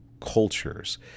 cultures